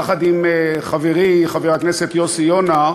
יחד עם חברי חבר הכנסת יוסי יונה,